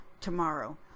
tomorrow